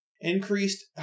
increased